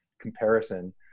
comparison